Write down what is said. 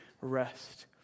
Rest